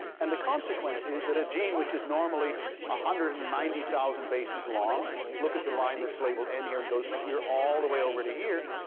and the consequence is that a gene which is normally one ah hundred and and ninety thousand bases long look at the line that's labeled n here and goes from here all the way over to here.